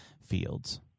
fields